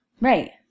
Right